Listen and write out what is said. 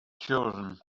chosen